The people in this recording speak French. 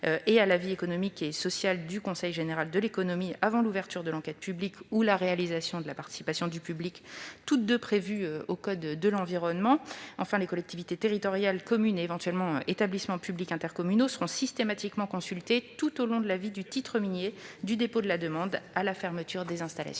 et à l'avis économique et social du Conseil général de l'économie avant l'ouverture de l'enquête publique ou la réalisation de la participation du public, toutes deux prévues au code de l'environnement. Enfin, les collectivités territoriales, communes et éventuellement établissements publics intercommunaux, seront systématiquement consultées tout le long de la vie du titre minier, du dépôt de la demande à la fermeture des installations.